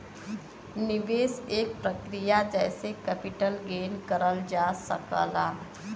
निवेश एक प्रक्रिया जेसे कैपिटल गेन करल जा सकला